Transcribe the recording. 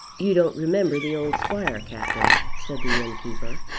you don't remember the old squire, captain, said the innkeeper,